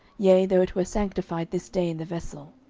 yea, though it were sanctified this day in the vessel.